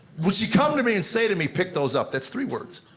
would she come to me and say to me, pick those up? that's three words.